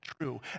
true